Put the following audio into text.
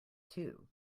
too